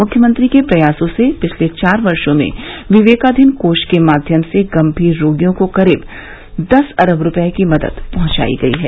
मुख्यमंत्री के प्रयासों से पिछले चार वर्षो में विवेकाधीन कोष के माध्यम से गंभीर रोगियों को करीब दस अरब रूपये की मदद पहुंचाई गई है